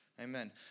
Amen